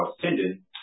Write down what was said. tendon